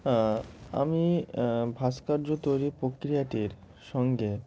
আমি ভাস্কর্য তৈরি প্রক্রিয়াটির সঙ্গে